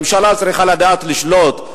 ממשלה צריכה לדעת לשלוט,